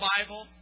Bible